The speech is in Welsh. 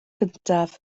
gyntaf